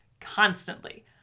constantly